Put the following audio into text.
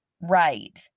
Right